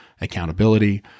accountability